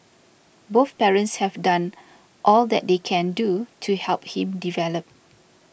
both parents have done all that they can do to help him develop